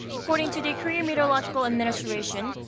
according to the korea meteorological administration,